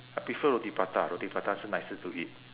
I prefer roti prata roti prata still nicer to eat